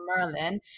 Merlin